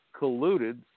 colluded